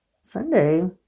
sunday